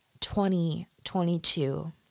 2022